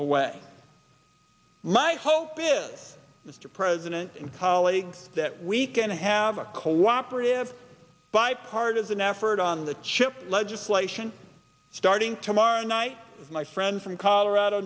away my hope is mr president and colleagues that we can have a cooperative bipartisan effort on the chip legislation starting tomorrow night my friend from colorado